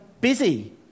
busy